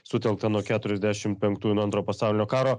sutelkta nuo keturiasdešim penktųjų nuo antro pasaulinio karo